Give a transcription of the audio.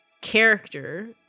character